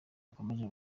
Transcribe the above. akomeje